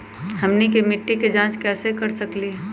हमनी के मिट्टी के जाँच कैसे कर सकीले है?